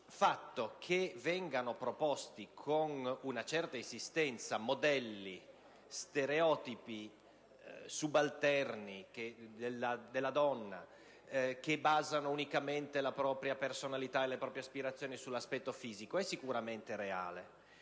Il fatto che vengano proposti con una certa insistenza modelli, stereotipi subalterni della donna che basano unicamente la personalità e le aspirazioni sull'aspetto fisico è sicuramente reale,